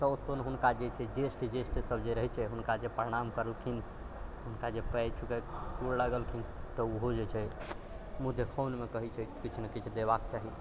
तऽ ओत्तौ हुनका जेछै जेठसँ जेठ सभ जे रहै छै हुनका जे प्रणाम करलखिन हुनका जे पैर छूके गोर लागलखिन तऽ ओहो जे छै मुँह देखओनमे कहै छै किछु ने किछु देबाक चाही